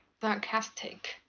Sarcastic